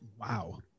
Wow